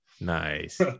nice